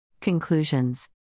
Conclusions